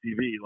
TV